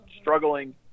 struggling